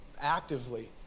actively